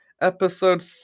Episode